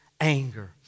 anger